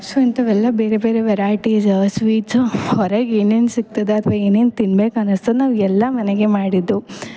so ಇಂಥವೆಲ್ಲ ಬೇರೆ ಬೇರೆ ವೆರೈಟಿಸ್ ಸ್ವೀಟ್ಸ್ ಹೊರಗೆನೇನು ಸಿಗ್ತದ ಅಥ್ವ ಏನೇನು ತಿನ್ಬೇಕು ಅನಿಸ್ತದೆ ನಾವೆಲ್ಲಾ ಮನೆಗೆ ಮಾಡಿದ್ದು